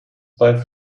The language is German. bei